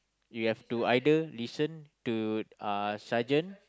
you have to either listen to uh sergeant